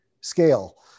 scale